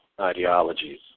ideologies